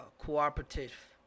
cooperative